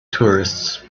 tourists